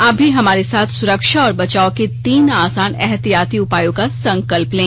आप भी हमारे साथ सुरक्षा और बचाव के तीन आसान एहतियाती उपायों का संकल्प लें